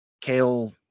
kale